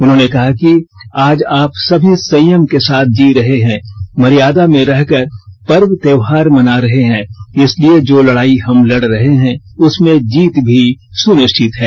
उन्होंने कहा कि आज आप सभी संयम के साथ जी रहे हैं मर्यादा में रहकर पर्व त्योहार मना रहे हैं इसलिए जो लड़ाई हम लड़ रहे हैं उसमें जीत भी सुनिष्टिवत है